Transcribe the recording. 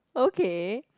okay